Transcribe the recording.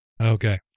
Okay